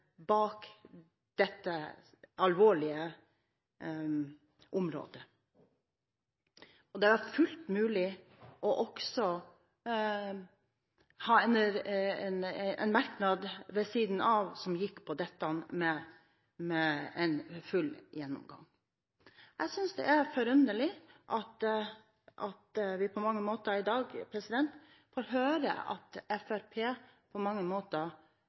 bak dette alvorlige området. Det hadde også vært fullt mulig å ha en merknad ved siden av som gikk på en full gjennomgang. Jeg synes det er forunderlig at vi i dag får høre at Fremskrittspartiet på mange måter går god for innholdet som er debattert her i dag